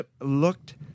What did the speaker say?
looked